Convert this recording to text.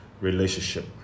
relationship